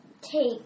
take